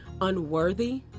unworthy